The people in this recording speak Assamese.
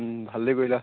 ভালেই কৰিলা